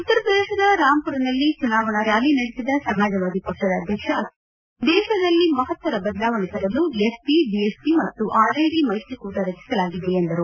ಉತ್ತರ ಪ್ರದೇಶದ ರಾಮ್ಮರ್ನಲ್ಲಿ ಚುನಾವಣಾ ರ್ನಾಲಿ ನಡೆಸಿದ ಸಮಾಜವಾದಿ ಪಕ್ಷದ ಅಧ್ಯಕ್ಷ ಅಖಿಲೇಶ್ ಯಾದವ್ ದೇಶದಲ್ಲಿ ಮಹತ್ತರ ಬದಲಾವಣೆ ತರಲು ಎಸ್ಪಿ ಬಿಎಸ್ಪಿ ಮತ್ತು ಆರ್ಎಲ್ಡಿ ಮೈತ್ರಿಕೂಟ ರಚಿಚಲಾಗಿದೆ ಎಂದರು